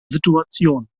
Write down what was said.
situation